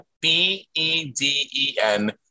B-E-D-E-N